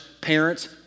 parents